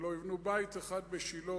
ולא יבנו בית אחד בשילה,